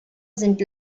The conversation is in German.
sind